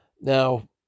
Now